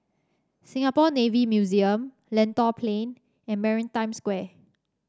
Singapore Navy Museum Lentor Plain and Maritime Square